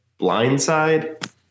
blindside